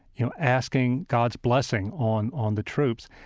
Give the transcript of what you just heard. you know, asking god's blessing on on the troops.